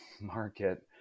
market